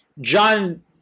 John